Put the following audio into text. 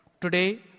Today